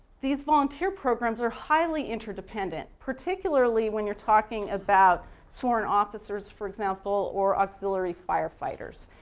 these volunteer programs are highly interdependent particularly when you're talking about sworn officers for example, or auxiliary firefighters.